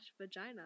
vagina